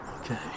Okay